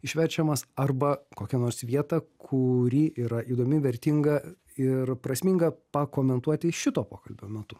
išverčiamas arba kokią nors vietą kuri yra įdomi vertinga ir prasminga pakomentuoti šito pokalbio metu